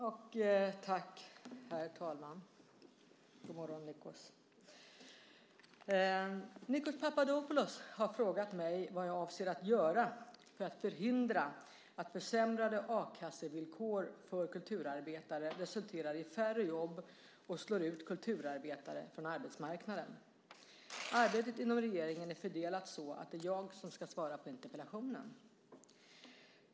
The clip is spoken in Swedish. Herr talman! God morgon! Nikos Papadopoulos har frågat mig vad jag avser att göra för att förhindra att försämrade a-kassevillkor för kulturarbetare resulterar i färre jobb och slår ut kulturarbetare från arbetsmarknaden. Arbetet inom regeringen är fördelat så att det är jag som ska svara på interpellationen.